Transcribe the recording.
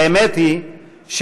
האמת היא שאנחנו,